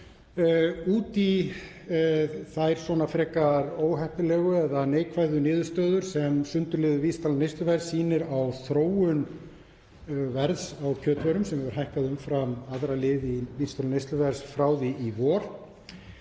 út í þær frekar óheppilegu eða neikvæðu niðurstöður sem sundurliðuð vísitala neysluverðs sýnir á þróun verðs á kjötvörum sem hefur hækkað umfram aðra liði vísitölu neysluverðs frá því í vor,